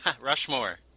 *Rushmore*